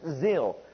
zeal